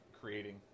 creating